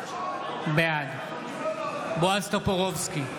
טאהא, בעד בועז טופורובסקי,